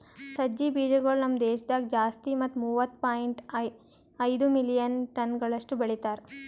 ಸಜ್ಜಿ ಬೀಜಗೊಳ್ ನಮ್ ದೇಶದಾಗ್ ಜಾಸ್ತಿ ಮತ್ತ ಮೂವತ್ತು ಪಾಯಿಂಟ್ ಐದು ಮಿಲಿಯನ್ ಟನಗೊಳಷ್ಟು ಬೆಳಿತಾರ್